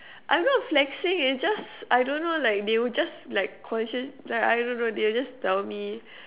I'm not flexing it's just I don't know like they'll just like conscious I I don't know they'll just tell me